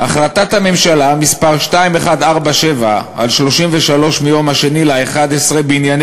"החלטת הממשלה מס' 2147/33 מיום 2 בנובמבר בענייני